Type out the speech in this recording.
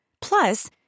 Plus